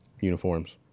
uniforms